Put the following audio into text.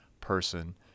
person